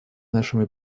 нашими